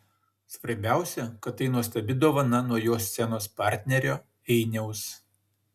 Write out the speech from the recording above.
svarbiausia kad tai nuostabi dovana nuo jo scenos partnerio einiaus